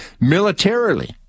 Militarily